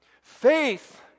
Faith